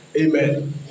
Amen